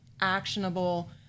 actionable